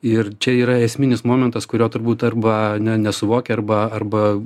ir čia yra esminis momentas kurio turbūt arba ne nesuvokia arba arba